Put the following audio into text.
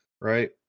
right